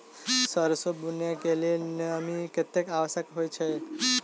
सैरसो बुनय कऽ लेल नमी कतेक आवश्यक होइ छै?